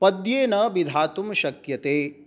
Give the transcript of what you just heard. पद्येन विधातुं शक्यते